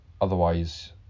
Otherwise